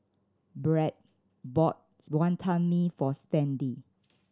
Brad bought Wantan Mee for Stanley